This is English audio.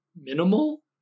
minimal